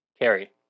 Carrie